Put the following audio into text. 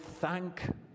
thank